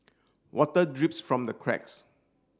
water drips from the cracks